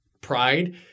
pride